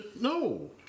no